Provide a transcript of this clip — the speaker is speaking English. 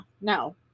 no